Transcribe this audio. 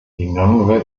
lilongwe